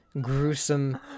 gruesome